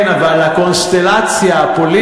הארכת, כן, אבל הקונסטלציה הפוליטית,